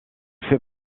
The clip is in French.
fait